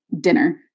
dinner